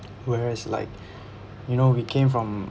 whereas like you know we came from